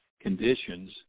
conditions